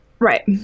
Right